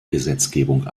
gesetzgebung